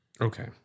Okay